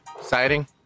Exciting